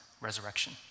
resurrection